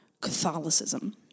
Catholicism